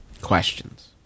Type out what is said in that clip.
Questions